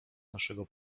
naszego